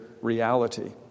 reality